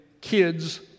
kids